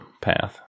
path